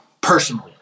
personally